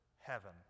heaven